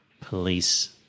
police